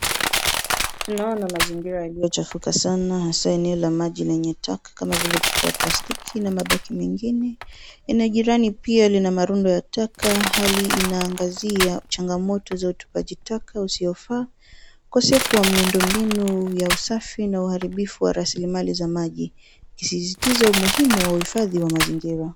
Tunaona mazingira yaliyochafuka sana haswa eneo la maji lenye taka kama vile chupa ya plastiki na mabaki mengine. Eneo jirani pia lina marundo ya taka. Hali inaangazia changamoto za utupaji taka usiofaa, ukosefu wa miundo mbinu ya usafi na uharibifu wa rasilimali za maji. Sisitizo muhimu wa uhifadhu wa mazingira.